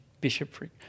bishopric